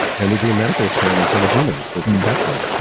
and they're doing medical experiments on the humans that they captured,